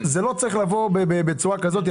זה לא צריך לבוא בצורה כזאת.